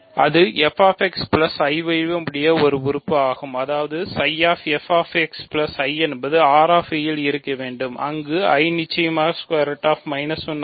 அது f என்பது Ri ல் இருக்க அங்கு i நிச்சயமாக ஆகும்